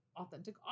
authentic